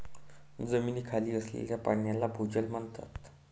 जमिनीखाली असलेल्या पाण्याला भोजल म्हणतात